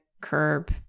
curb